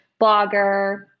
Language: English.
blogger